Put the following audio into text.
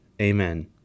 Amen